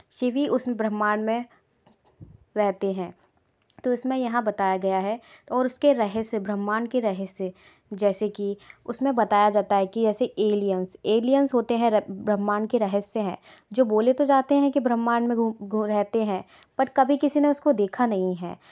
शिव ही उस ब्रह्मांड में रहते हैं तो इसमें यहाँ बताया गया है और उसके रहस्य ब्रह्मांड के रहस्य जैसे कि उसमें बताया जाता है कि ऐसी एलियंस एलियंस होते हैं ब्रह्मांड के रहस्य हैं जो बोले तो जाते हैं कि ब्रह्मांड में घु घु रहते हैं पर कभी किसी ने उसको देखा नहीं है